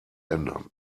ändern